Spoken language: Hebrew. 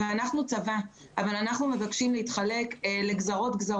אנחנו צבא, אבל אנחנו מבקשים להתחלק לגזרות-גזרות,